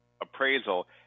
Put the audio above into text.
appraisal